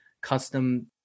custom